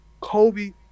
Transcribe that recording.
Kobe